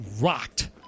rocked